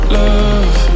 love